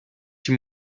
die